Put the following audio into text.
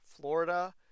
Florida